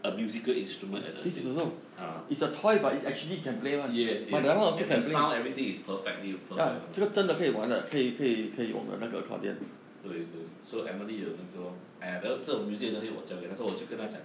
a musical instrument at the same time uh yes yes and the sound everything perfectly prefect [one] orh ya 对对 so emily 有哪个 lor !aiya! 等这种 music 的东西我教给他 so 我就跟他讲